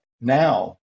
now